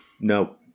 no